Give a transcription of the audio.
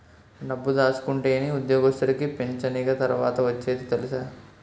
డబ్బు దాసుకుంటేనే ఉద్యోగస్తుడికి పింఛనిగ తర్వాత ఒచ్చేది తెలుసా